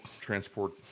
transport